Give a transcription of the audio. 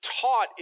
taught